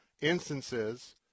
instances